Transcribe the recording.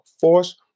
Force